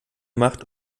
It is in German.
macht